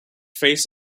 face